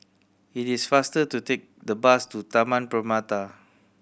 it is faster to take the bus to Taman Permata